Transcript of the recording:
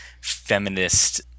feminist